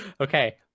Okay